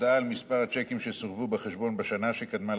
הודעה על מספר השיקים שסורבו בחשבון בשנה שקדמה לצירוף,